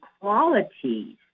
qualities